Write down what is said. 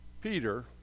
Peter